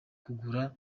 kugura